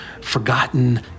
forgotten